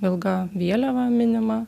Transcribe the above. ilga vėliava minima